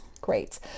Great